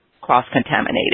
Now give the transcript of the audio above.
cross-contaminated